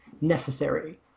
necessary